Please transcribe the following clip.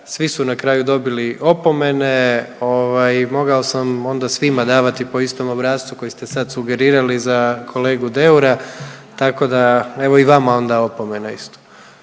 svi su na kraju dobili opomene ovaj mogao sam onda svima davati po istom obrascu koji ste sad sugerirali za kolegu Deura tako da evo i vama onda opomena isto.